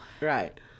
Right